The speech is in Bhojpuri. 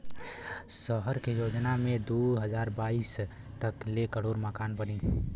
सहर के योजना मे दू हज़ार बाईस तक ले करोड़ मकान बनी